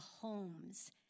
homes